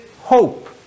hope